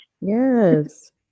Yes